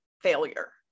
failure